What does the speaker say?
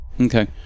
Okay